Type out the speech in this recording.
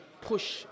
push